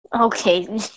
Okay